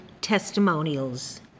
Testimonials